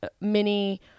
mini